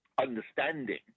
understanding